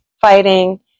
fighting